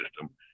system